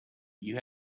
you